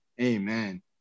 Amen